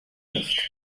nicht